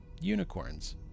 unicorns